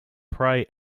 pray